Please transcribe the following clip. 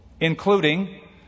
including